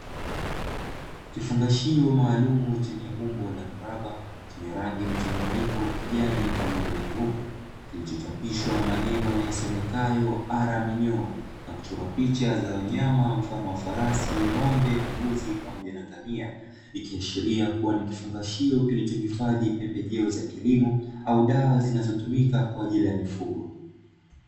Kifungashio maalum chenye umbo la mraba chenye rangi mchanganyiko kijani pamoja na nyeupe kilichochapishwa maneno yasomekayo "araminyoo", na kuchora picha za wanyama mfano wa farasi ng'ombe mbuzi pamoja na ngamia, ikiashiria kuwa nikifungashio kilichohifadhi pembejeo za kilimo au dawa zinazotumika kwa ajili ya mifugo.